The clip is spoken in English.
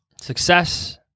Success